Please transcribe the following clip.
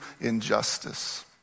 injustice